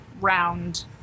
round